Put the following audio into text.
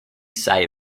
say